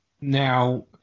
Now